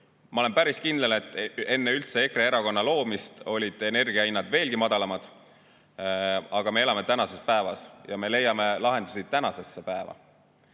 Ma olen päris kindel, et enne EKRE erakonna loomist olid energiahinnad veelgi madalamad. Aga me elame tänases päevas ja me leiame lahendusi tänase päeva